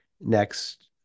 next